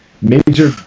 major